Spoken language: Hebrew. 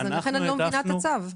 לכן אני לא מבינה את הצו.